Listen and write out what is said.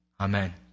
Amen